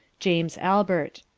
james albert.